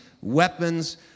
weapons